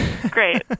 Great